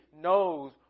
knows